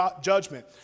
judgment